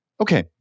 okay